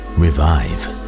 revive